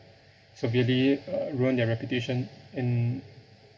severely uh ruin their reputation and